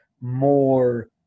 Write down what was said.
more